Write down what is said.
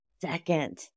second